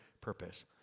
purpose